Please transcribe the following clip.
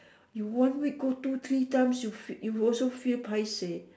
you one week go two three times you fee you also feel paiseh